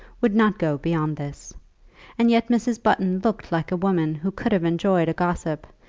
would not go beyond this and yet mrs. button looked like a woman who could have enjoyed a gossip,